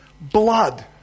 blood